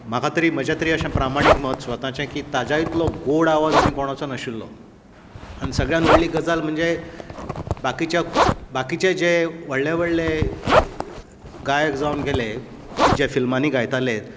म्हाका तरी म्हजे तरी अशे प्रमाणिक मत स्वताचे कि ताज्या इतलो गोड आवाज आनी कोणाचो नाशिल्लो आनी सगळ्यांनी व्हडली गजाल म्हणजे बाकिच्या बाकीचे जे व्हडले व्हडले गायक जावन गेले जे फिल्मांनी गायतालें